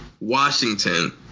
Washington